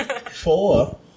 Four